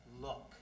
Look